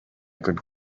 could